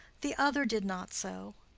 the other did not so.